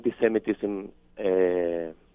anti-Semitism